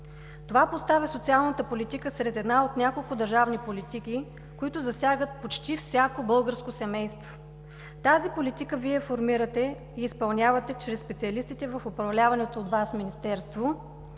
Това поставя социалната политика сред една от няколко държавни политики, които засягат почти всяко българско семейство. Тази политика Вие формирате и изпълнявате чрез специалистите в управляваното от Вас Министерство